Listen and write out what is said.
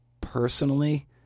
personally